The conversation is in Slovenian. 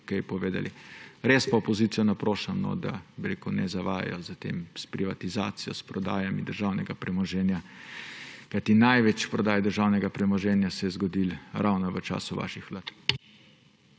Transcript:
Res pa opozicijo naprošam, da ne zavajajo s tem, s privatizacijo, s prodajo državnega premoženja, kajti največ prodaj državnega premoženja se je zgodilo ravno v času vaših vlad.